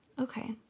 Okay